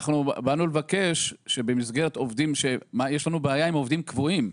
יש לנו בעיה עם עובדים קבועים.